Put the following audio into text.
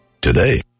Today